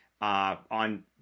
on